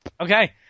Okay